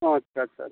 ᱟᱪᱪᱷᱟ ᱟᱪᱪᱷᱟ ᱟᱪᱪᱷᱟ